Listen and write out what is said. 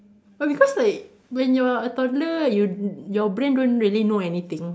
oh because like when you are a toddler you your brain don't really know anything